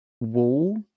wall